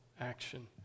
action